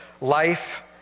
life